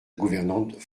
gouvernante